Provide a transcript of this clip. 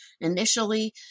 initially